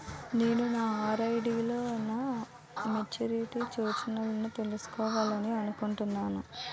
నేను నా ఆర్.డి లో నా మెచ్యూరిటీ సూచనలను తెలుసుకోవాలనుకుంటున్నాను